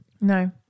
No